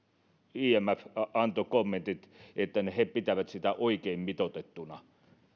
imf antoi kommentit että he pitävät sitä oikein mitoitettuna